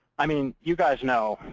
i mean, you guys know,